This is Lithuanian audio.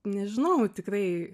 nežinau tikrai